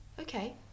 Okay